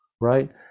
right